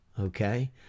okay